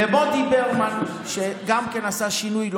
למודי ברמן, שגם עשה שינוי.